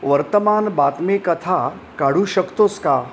वर्तमान बातमी कथा काढू शकतोस का